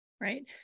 Right